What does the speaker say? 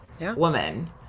woman